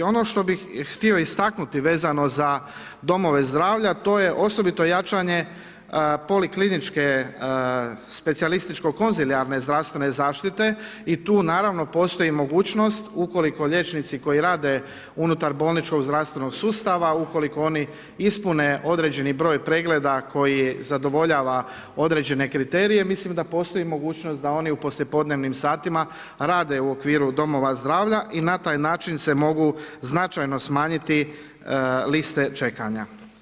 Ono što bih htio istaknuti vezano za domove zdravlja to je osobito jačanje polikliničke specijalističko konzilijarne zdravstvene zaštite i tu naravno postoji mogućnost u koliko liječnici koji rade unutar bolničkog zdravstvenog sustava u koliko oni ispune određeni broj pregleda koji zadovoljava određene kriterije mislim da postoji mogućnost da oni u poslijepodnevnim satima rade u okviru domova zdravlja i na taj način se mogu značajno mogu smanjiti liste čekanja.